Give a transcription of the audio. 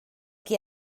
que